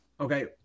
Okay